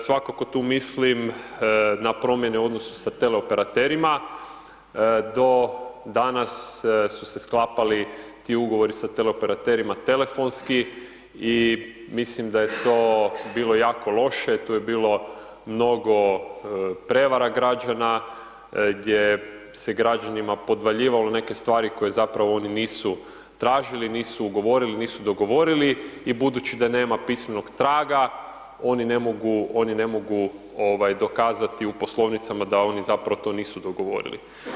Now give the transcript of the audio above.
Svakako tu mislim na promjene u odnosu sa teleoperaterima, do danas su se sklapali ti ugovori sa teleoperaterima telefonski i mislim da je to bilo jako loše tu je bilo mnogo prevara građana, gdje se građanima podvaljivalo neke stvari koje zapravo oni nisu tražili, nisu ugovorili, nisu dogovorili i budući da nema pismenog traga oni ni mogu, oni ne mogu ovaj dokazati u poslovnicama da oni nisu zapravo to nisu dogovorili.